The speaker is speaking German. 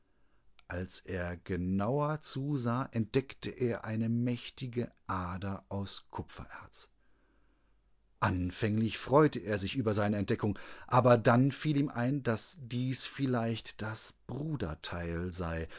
als er genauer zusah entdeckte er eine mächtige ader aus kupfererz anfänglich freute er sich über seine entdeckung aber dann fiel ihm ein daß dies vielleicht das bruderteil sei